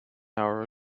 hour